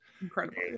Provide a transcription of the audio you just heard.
Incredible